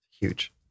Huge